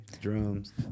drums